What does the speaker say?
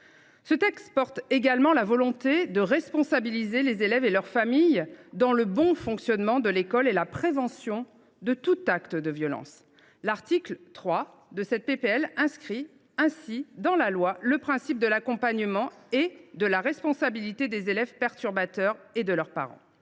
Ce texte exprime également la volonté de responsabiliser les élèves et leurs familles dans le bon fonctionnement de l’école et la prévention de tout acte de violence. L’article 3 de cette proposition de loi inscrit ainsi dans la loi le principe de l’accompagnement et de la responsabilité des élèves perturbateurs et de leurs parents.